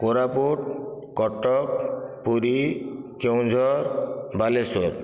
Koraput Cuttack Puri Keonjhar Baleswar